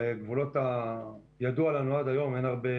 בגבולות הידוע לנו עד היום אין הרבה